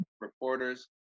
reporters